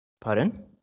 pardon